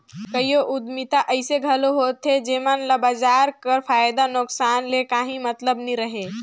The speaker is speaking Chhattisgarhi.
कइयो उद्यमिता अइसे घलो होथे जेमन ल बजार कर फयदा नोसकान ले काहीं मतलब नी रहें